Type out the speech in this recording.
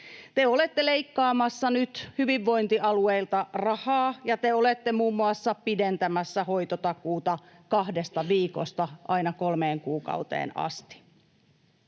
Te olette leikkaamassa nyt hyvinvointialueilta rahaa, ja te olette muun muassa pidentämässä hoitotakuuta kahdesta viikosta aina kolmeen kuukauteen asti.